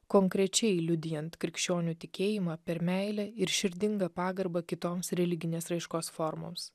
konkrečiai liudijant krikščionių tikėjimą per meilę ir širdingą pagarbą kitoms religinės raiškos formoms